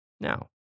Now